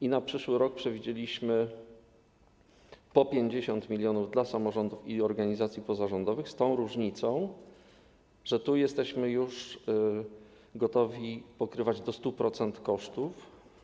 I na przyszły rok przewidzieliśmy po 50 mln dla samorządów i organizacji pozarządowych, z tą różnicą, że tu jesteśmy już gotowi pokrywać do 100% kosztów.